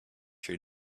your